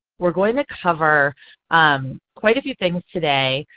we're going to cover um quite a few things today.